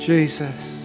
Jesus